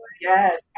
yes